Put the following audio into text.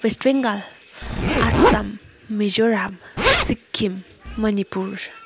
West Bengal Assam Mizoram Sikkim Manipur